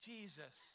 Jesus